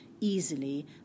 easily